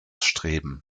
streben